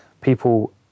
people